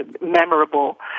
memorable